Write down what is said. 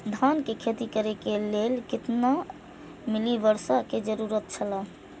धान के खेती करे के लेल कितना मिली वर्षा के जरूरत छला?